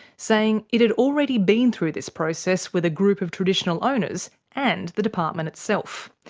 saying it had already been through this process with a group of traditional owners and the department itself.